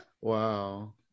wow